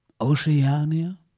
Oceania